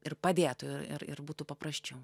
ir padėtų ir ir ir būtų paprasčiau